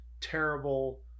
terrible